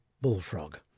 Bullfrog